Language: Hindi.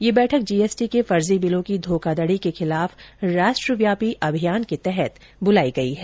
यह बैठक जीएसटी के फर्जी बिलों की धोखाधड़ी के खिलाफ राष्ट्रव्यापी अभियान के तहत बुलाई गई है